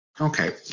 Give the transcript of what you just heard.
Okay